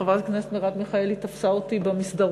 חברת הכנסת מרב מיכאלי תפסה אותי במסדרון,